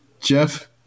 Jeff